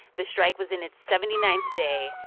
the strike was in its seventy ninth day,